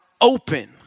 open